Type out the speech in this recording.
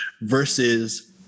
versus